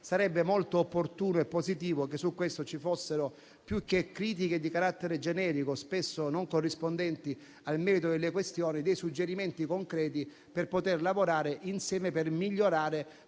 sarebbe molto opportuno e positivo che su di esso ci fossero, più che critiche di carattere generico, spesso non corrispondenti al merito delle questioni, dei suggerimenti concreti per lavorare insieme per migliorare